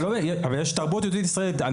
אבל יש תרבות יהודית-ישראלית.